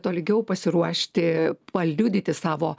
tolygiau pasiruošti paliudyti savo